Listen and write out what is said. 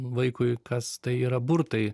vaikui kas tai yra burtai